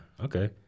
okay